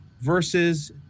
versus